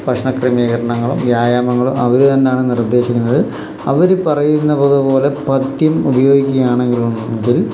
ഭക്ഷണക്രമീകരണങ്ങളും വ്യായാമങ്ങളും അവര് തന്നെയാണു നിർദ്ദേശിക്കുന്നത് അവര് പറയുന്നതുപോലെ പഥ്യം ഉപയോഗിക്കുകയാണെങ്കിലതിൽ